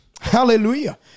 hallelujah